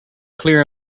clear